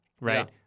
right